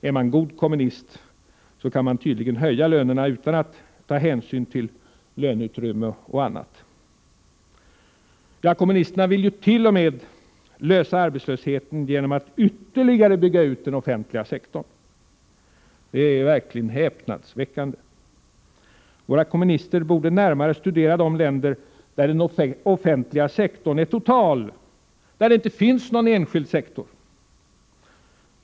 Är man god kommunist kan man tydligen höja lönerna utan att ta hänsyn till löneutrymme och annat. Ja, kommunisterna vill ju t. 0. m. lösa arbetslöshetsproblemet genom att ytterligare bygga ut den offentliga sektorn. Det är verkligen häpnadsväckande. Våra kommunister borde närmare studera de länder där den offentliga sektorn är total; där det inte finns någon enskild sektor.